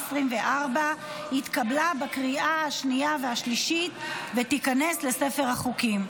התקבלה בקריאה השנייה והשלישית ותיכנס לספר החוקים.